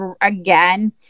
again